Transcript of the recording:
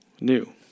new